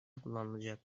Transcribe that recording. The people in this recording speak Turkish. kullanılacak